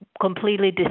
completely